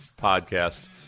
podcast